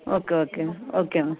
okay okay okay madam